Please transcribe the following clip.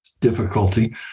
difficulty